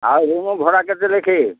ଆଉ ରୁମ୍ ଭଡ଼ା କେତେ ଲେଖାଏଁ